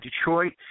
Detroit